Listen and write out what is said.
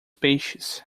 peixes